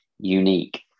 unique